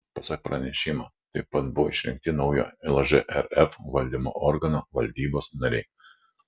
pasak pranešimo taip pat buvo išrinkti naujo lžrf valdymo organo valdybos nariai